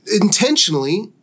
intentionally